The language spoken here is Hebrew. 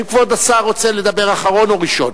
האם כבוד השר רוצה לדבר אחרון או ראשון?